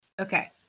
Okay